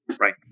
right